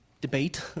debate